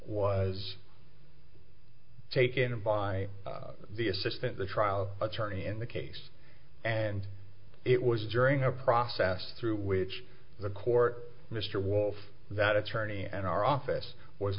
was taken by the assistant the trial attorney in the case and it was during a process through which the court mr wolf that attorney and our office was